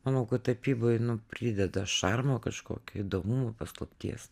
manau kad tapyboj nu prideda šarmo kažkokio įdomumo paslapties